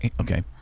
okay